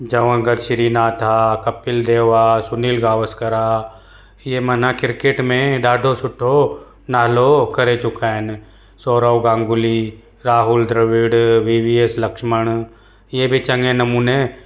जवागल श्रीनाथा कपिल देव आहे सुनील गावस्कर आहे इहे मना क्रिकेट में ॾाढो सुठो नालो करे चुका आहिनि Sourav Ganguly Rahul Dravid V V S Laxman इहे बि चङे नमूने